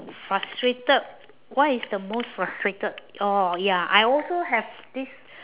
frustrated what is the most frustrated oh ya I also have this